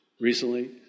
recently